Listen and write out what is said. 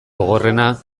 gogorrena